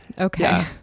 okay